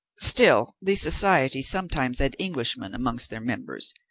still, these societies sometimes had englishmen amongst their members,